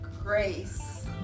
grace